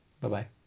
Bye-bye